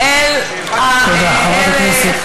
אדוני היושב-ראש, מה הפריבילגיה הזאת?